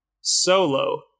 Solo